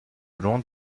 long